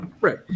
Right